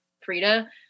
Frida